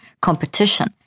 competition